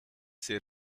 sehr